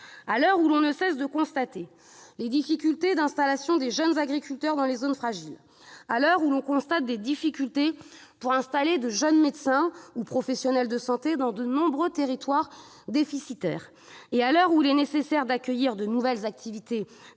À l'heure où l'on ne cesse de constater les difficultés d'installation des jeunes agriculteurs dans les zones fragiles, où l'on constate des difficultés pour attirer de jeunes médecins ou professionnels de santé dans de nombreux territoires déficitaires et où il est nécessaire d'accueillir de nouvelles activités